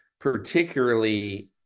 particularly